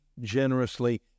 generously